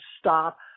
stop